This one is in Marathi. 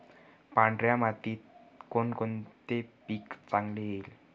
पांढऱ्या मातीत कोणकोणते पीक चांगले येईल?